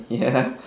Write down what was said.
ya